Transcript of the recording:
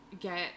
get